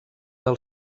del